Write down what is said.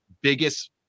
biggest